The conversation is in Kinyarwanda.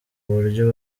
buryo